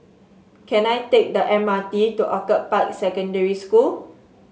can I take the M R T to Orchid Park Secondary School